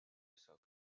socle